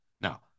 Now